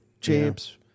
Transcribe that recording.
champs